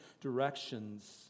directions